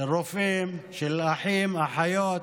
של רופאים, אחים, אחיות,